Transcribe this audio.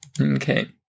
Okay